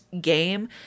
game